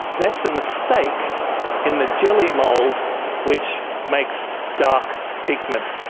that's a mistake in the jelly mould which makes dark pigment.